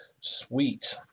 Sweet